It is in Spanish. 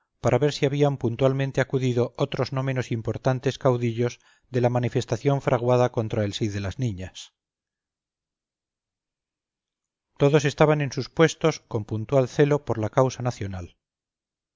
para ver si habían puntualmente acudido otros no menos importantes caudillos de la manifestación fraguada contra el sí de las niñas todos estaban en sus puestos con puntual celo por la causa nacional